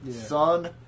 son